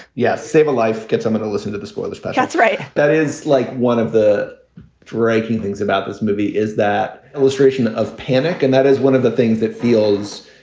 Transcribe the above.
yes. save a life. get someone to listen to the spoilers. that's right that is like one of the striking things about this movie is that illustration of panic. and that is one of the things that feels